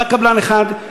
בא קבלן אחד,